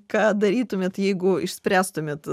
ką darytumėt jeigu išspręstumėt